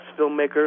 filmmaker